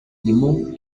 limón